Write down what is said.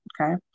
okay